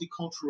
multicultural